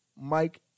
Mike